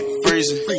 freezing